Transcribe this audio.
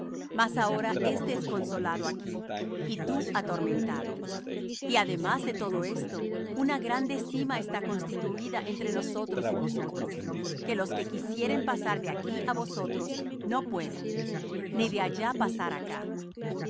mas ahora éste es consolado aquí y tú atormentado y además de todo esto una grande sima está constituída entre nosotros y vosotros que los que quisieren pasar de aquí á vosotros no pueden ni de allá pasar acá